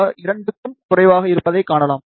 R 2 க்கும் குறைவாக இருப்பதை காணலாம்